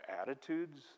attitudes